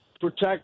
protect